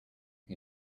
you